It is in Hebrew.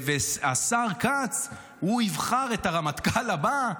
והשר כץ יבחר את הרמטכ"ל הבא.